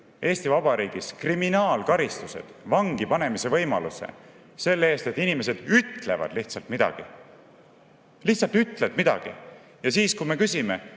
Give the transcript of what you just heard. Eesti Vabariigis kriminaalkaristused, vangi panemise võimaluse selle eest, et inimesed ütlevad lihtsalt midagi. Lihtsalt ütlevad midagi! Ja siis, kui me küsime,